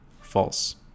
false